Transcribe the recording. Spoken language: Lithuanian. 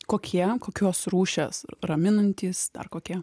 kokie kokios rūšies raminantys ar kokie